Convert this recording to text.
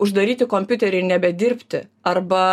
uždaryti kompiuterį ir nebedirbti arba